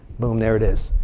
boom, there it is.